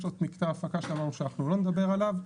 יש לו את מקטע ההפקה שאמרנו שאנחנו לא נדבר עליו,